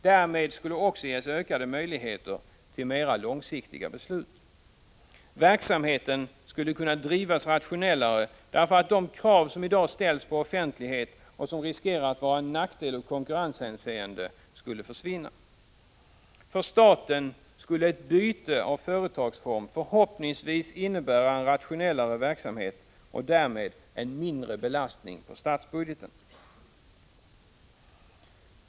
Därmed skulle också ges ökade möjligheter till mera långsiktiga beslut. —- Verksamheten skulle kunna drivas rationellare, därför att de krav som i dag ställs på offentlighet, och som riskerar att vara en nackdel ur konkurrenshänseende, skulle försvinna. = För staten skulle ett byte av företagsform, förhoppningsvis, innebära en rationellare verksamhet och därmed en mindre belastning på statsbudgeten.